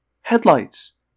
Headlights